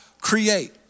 create